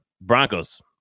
Broncos